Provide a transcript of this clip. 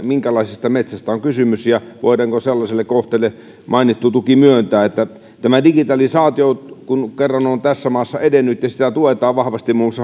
minkälaisesta metsästä on kysymys ja voidaanko sellaiselle kohteelle mainittu tuki myöntää kun tämä digitalisaatio kerran on tässä maassa edennyt ja sitä tuetaan vahvasti